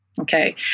Okay